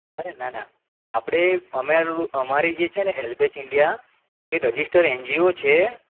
અરે ના ના આપણે અમે અમારી જે છે ને હેલ્પેજ ઇન્ડિયા એ રજીસ્ટર એન જી ઓ છે